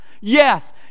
yes